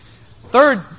Third